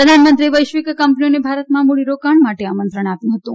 પ્રધાનમંત્રીએ વૈશ્વિક કંપનીઓને ભારતમાં મૂડીરોકાણ માટે આમંત્રણ આપ્યું હતું